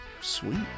Sweet